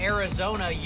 Arizona